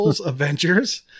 Avengers